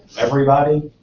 everybody?